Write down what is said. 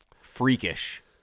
freakish